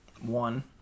One